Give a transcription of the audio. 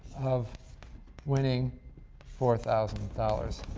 of winning four thousand dollars.